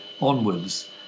onwards